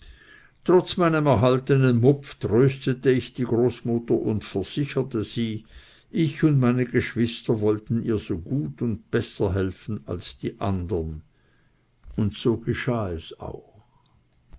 trotz meinem erhaltenen mupf tröstete ich die großmutter und versicherte sie ich und meine geschwister wollten ihr so gut und besser helfen als die andern und so geschah es auch